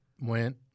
went